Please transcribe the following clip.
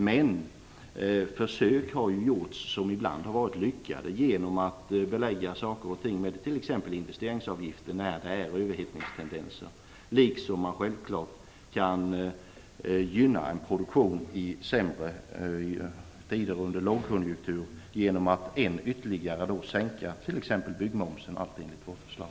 Men försök som ibland har varit lyckade har gjorts. Man har t.ex. infört investeringsavgifter när det funnits överhettningstendenser. Man kan självfallet också gynna en produktion när det är sämre tider, under lågkonjunktur, genom att ytterligare sänka t.ex. byggmomsen - allt enligt vårt förslag.